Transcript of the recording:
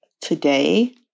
today